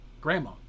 grandma